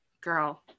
girl